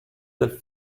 del